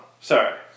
Sorry